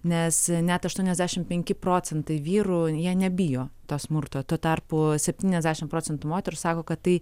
nes net aštuoniasdešimt penki procentai vyrų nebijo to smurto tuo tarpu septyniasdešimt procentų moterų sako kad tai